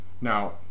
Now